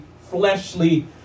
fleshly